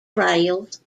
trails